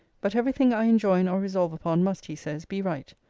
but every thing i enjoin or resolve upon must, he says, be right,